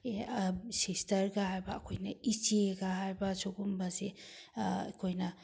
ꯁꯤꯁꯇꯔꯒ ꯍꯥꯏꯕ ꯑꯩꯈꯣꯏꯅ ꯏꯆꯦꯒ ꯍꯥꯏꯕ ꯁꯤꯒꯨꯝꯕꯁꯤ ꯑꯩꯈꯣꯏꯅ